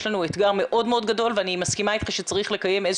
יש לנו אתגר מאוד מאוד גדול ואני מסכימה איתך שצריך לקיים,